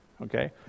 okay